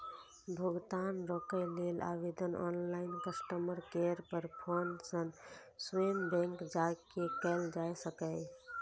भुगतान रोकै लेल आवेदन ऑनलाइन, कस्टमर केयर पर फोन सं स्वयं बैंक जाके कैल जा सकैए